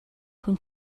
хүн